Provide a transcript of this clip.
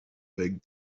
big